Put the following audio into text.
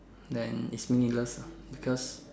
then it's meaningless lah because